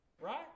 right